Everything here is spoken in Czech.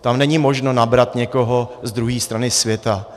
Tam není možno nabrat někoho z druhé strany světa.